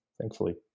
thankfully